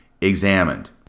examined